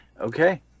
Okay